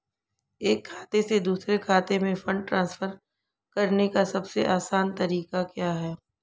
एक खाते से दूसरे खाते में फंड ट्रांसफर करने का सबसे आसान तरीका क्या है?